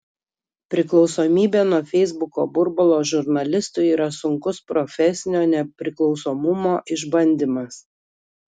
priklausomybė nuo feisbuko burbulo žurnalistui yra sunkus profesinio nepriklausomumo išbandymas